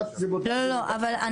אנחנו,